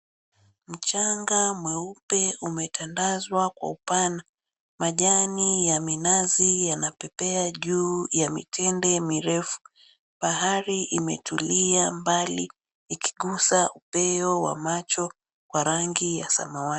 Mchanga mweupe umetandazwa kwa upana, majani ya minazi yanapepea juu ya mitende mirefu, bahari imetulia mbali ikigusa upeo wa macho kwa rangi ya samawati.